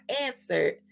answered